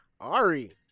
Ari